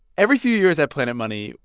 every few years at planet money,